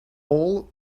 all